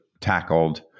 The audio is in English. tackled